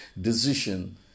decision